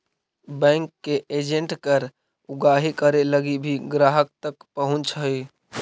bank के agent कर उगाही करे लगी भी ग्राहक तक पहुंचऽ हइ